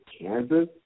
Kansas